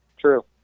true